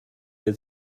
der